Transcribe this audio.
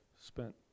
spent